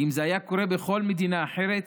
כי אם זה היה קורה בכל מדינה אחרת,